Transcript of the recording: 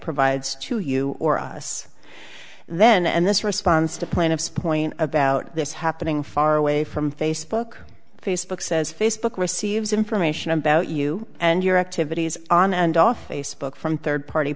provides to you or us then and this response to plaintiff's point about this happening far away from facebook facebook says facebook receives information about you and your activities on and off facebook from third party